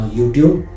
YouTube